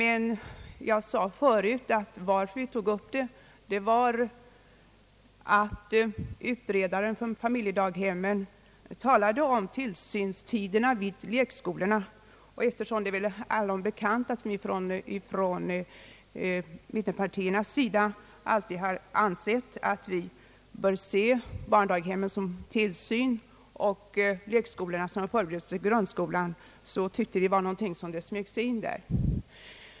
Som jag förut sade var anledningen till att vi tog upp denna fråga att familjedaghemsutredningen också behandlade frågan om tillsynstiderna vid lekskolorna. Eftersom det torde vara allom bekant att vi från mittenpartiernas sida alltid har ansett barndaghemmen vara en tillsynsform och lekskolorna en förberedelse till grundskolan, har vi tyckt att någonting nytt här har smugit sig in.